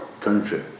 country